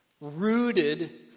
rooted